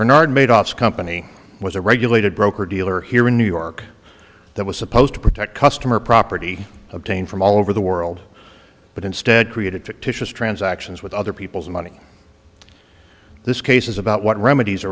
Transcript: bernard madoff's company was a regulated broker dealer here in new york that was supposed to protect customer property obtained from all over the world but instead created fictitious transactions with other people's money in this case is about what remedies